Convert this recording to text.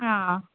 ആ